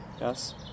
yes